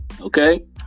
Okay